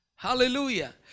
hallelujah